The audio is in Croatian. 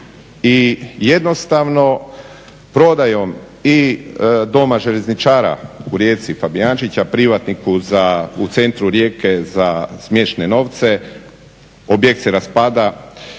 i jednostavno prodajom i Doma željezničara u Rijeci, Fabijančića, privatniku u centru Rijeke za smiješne novce, objekt se raspada,